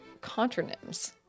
contronyms